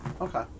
Okay